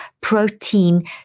protein